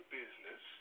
business